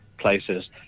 places